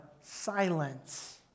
silence